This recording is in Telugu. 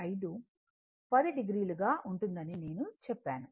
5 10 o గా ఉంటుందని నేను చెప్పాను